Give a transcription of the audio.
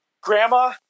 Grandma